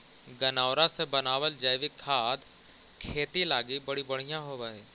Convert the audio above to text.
गनऔरा से बनाबल जैविक खाद खेती लागी बड़ी बढ़ियाँ होब हई